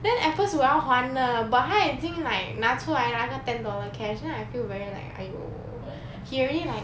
then at first 我要还的 but 他已经 like 拿出来那个 ten dollar cash then I feel very like !aiyo! he already like